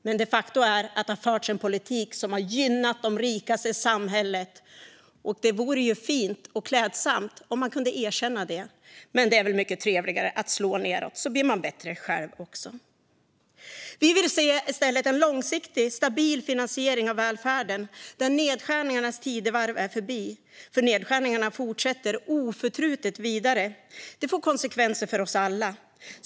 Men de facto har det förts en politik som har gynnat de rikaste i samhället. Det vore fint och klädsamt om man kunde erkänna det. Men det är väl trevligare att slå nedåt, så blir man bättre själv. Vi vill i stället se en långsiktig och stabil finansiering av välfärden där nedskärningarnas tidevarv är förbi. I dag fortsätter nedskärningarna oförtrutet, och det får konsekvenser för oss alla.